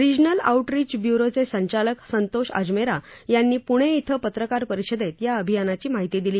regional आऊटरीचं ब्युरोचं संचालक संतोष अजमेरा यांनी पूणे क्रि पत्रकार परिषदेत या अभियानाची माहिती दिली